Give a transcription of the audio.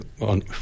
on